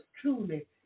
truly